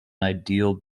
ideal